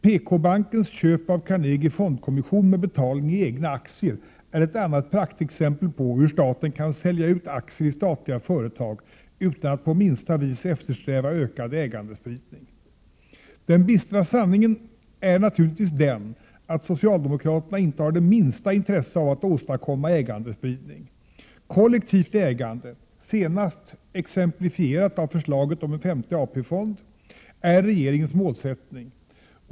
PKbankens köp av Carnegie Fondkommission med betalning i egna aktier är ett annat praktexempel på hur staten kan sälja ut aktier i statliga företag utan att på minsta vis eftersträva ökad ägandespridning. Den bistra sanningen är naturligtvis den, att socialdemokraterna inte har det minsta intresse av att åstadkomma ägandespridning. Kollektivt ägande, senast exemplifierat av förslaget om en femte AP-fond, är regeringens målsättning.